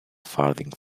farthing